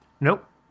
nope